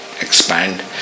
expand